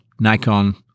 Nikon